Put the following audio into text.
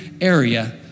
area